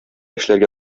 эшләргә